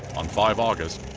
on five august,